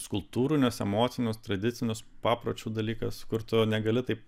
skulptūrinius emocinius tradicinius papročių dalykas kur tu negali taip